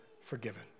forgiven